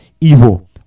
Evil